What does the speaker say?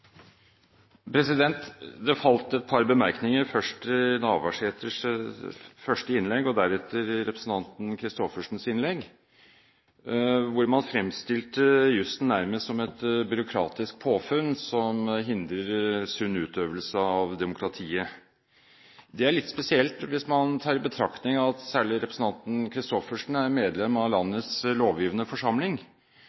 Christoffersens innlegg, hvor man fremstilte jusen nærmest som et byråkratisk påfunn som hindrer sunn utøvelse av demokratiet. Det er litt spesielt – hvis man tar i betraktning at representanten Christoffersen er medlem av